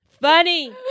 funny